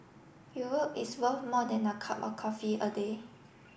Europe is worth more than a cup of coffee a day